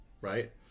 right